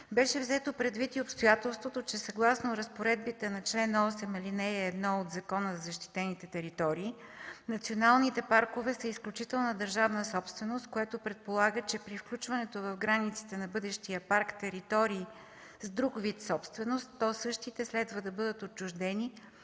Беше взето предвид и обстоятелството, че съгласно разпоредбите на чл. 8, ал. 1 от Закона за защитените територии националните паркове са изключителна държавна собственост, което предполага, че при включването в границите на бъдещия парк територии с друг вид собственост, то същите следва да бъдат отчуждени